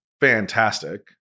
fantastic